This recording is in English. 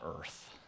earth